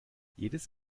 jedes